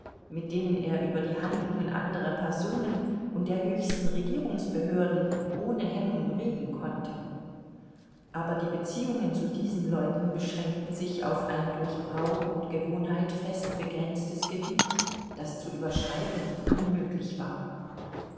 mit denen er über die handlungen anderer personen und der höchsten regierungsbehörden ohne hemmung reden konnte aber die beziehungen zu diesen leuten beschränkten sich auf ein durch brauch und gewohnheit fest begrenztes gebiet das zu überschreiten unmöglich war